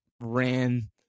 ran